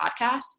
podcast